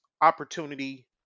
opportunity